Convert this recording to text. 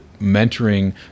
mentoring